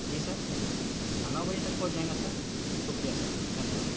जी sir हाँ नौ बजे तक पहुँच जाएगा सर शुक्रिया सर धन्यवाद